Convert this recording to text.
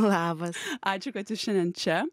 labai ačiū kad jūs šiandien čia